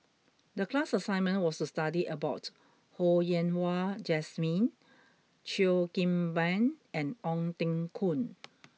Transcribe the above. the class assignment was to study about Ho Yen Wah Jesmine Cheo Kim Ban and Ong Teng Koon